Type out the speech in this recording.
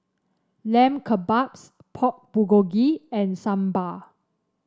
Lamb Kebabs Pork Bulgogi and Sambar